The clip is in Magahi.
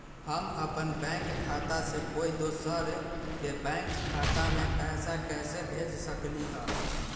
हम अपन बैंक खाता से कोई दोसर के बैंक खाता में पैसा कैसे भेज सकली ह?